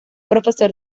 profesor